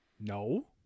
No